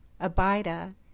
Abida